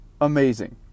amazing